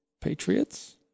Patriots